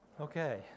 Okay